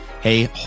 hey